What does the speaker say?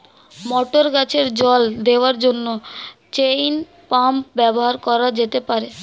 মটর গাছে জল দেওয়ার জন্য চেইন পাম্প ব্যবহার করা যেতে পার?